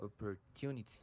opportunity